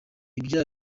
bya